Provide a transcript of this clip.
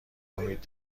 امید